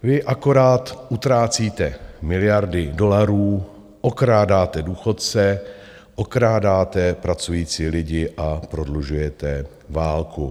Vy akorát utrácíte miliardy dolarů, okrádáte důchodce, okrádáte pracující lidi a prodlužujete válku.